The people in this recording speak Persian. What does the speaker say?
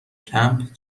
کمپ